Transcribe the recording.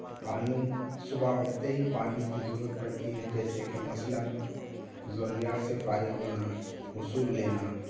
پانی صبح اٹھتے ہی پانی کی ضرورت پڑتی ہے جیسے کہ مثلاً ضروریات سے فارغ ہونا غسل لینا